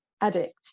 addict